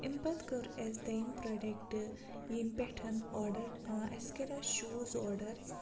اَمہِ پَتہٕ کٔر اَسہِ دٔیِم پرٛوڈَکٹ ییٚمہِ پٮ۪ٹھ آرڈَر آ اَسہِ کَریٛاو شوٗز آرڈَر